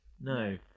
No